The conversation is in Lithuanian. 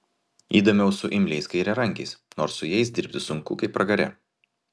įdomiau su imliais kairiarankiais nors su jais dirbti sunku kaip pragare